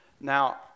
Now